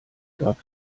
gab